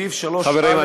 חברים,